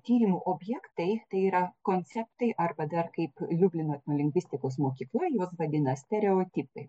tyrimų objektai tai yra konceptai arba dar kaip liublino etnolingvistikos mokykla juos vadina stereotipai